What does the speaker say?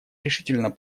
решительно